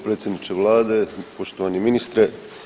Predsjedniče Vlade, poštovani ministre.